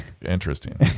interesting